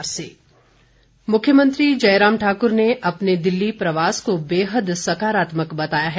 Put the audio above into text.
जयराम मुख्यमंत्री जयराम ठाकुर ने अपने दिल्ली प्रवास को बेहद सकारात्मक बताया है